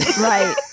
Right